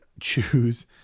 choose